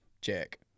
check